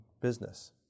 business